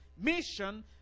mission